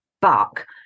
buck